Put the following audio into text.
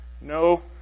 No